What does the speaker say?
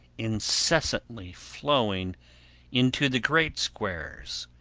incessantly flowing into the great squares,